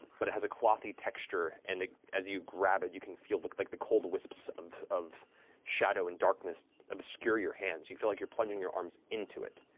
but it has a clothy texture, and as you grab it, you can feel the like the cold wisps of of shadow and darkness obscure your hands. you feel like you're plunging your arms into it,